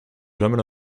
jamais